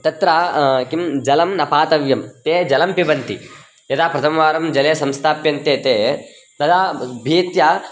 तत्र किं जलं न पातव्यं ते जलं पिबन्ति यदा प्रतमवारं जले संस्थाप्यन्ते ते तदा भीत्या